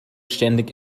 ständig